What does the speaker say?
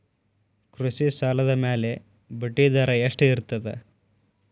ಕೃಷಿ ಸಾಲದ ಮ್ಯಾಲೆ ಬಡ್ಡಿದರಾ ಎಷ್ಟ ಇರ್ತದ?